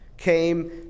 came